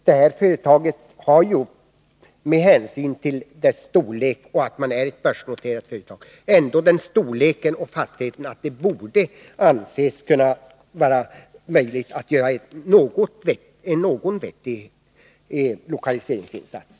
Det här företaget har ju med hänsyn till sin storlek och med hänsyn till att det är börsnoterat ändå den storleken och fastheten att det borde kunna anses vara möjligt att göra en någorlunda vettig lokaliseringsinsats.